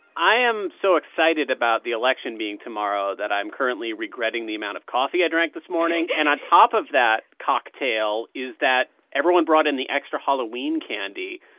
i am so excited about the election being tomorrow that i am currently regretting the amount of coffee i drank this morning. and on top of that cocktail is that everyone brought in the extra halloween candy.